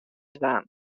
dwaan